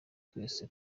twese